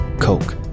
Coke